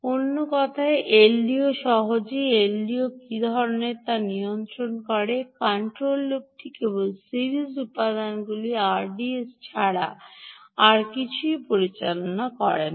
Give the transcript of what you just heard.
অন্য কথায় এলডিওতে সহজেই এলডিও কী করে তা নিয়ন্ত্রণ করে কন্ট্রোল লুপটি কেবল সিরিজ উপাদানগুলি আরডিএসকে ছাড়া আর কিছুই পরিচালনা করে না